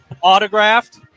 Autographed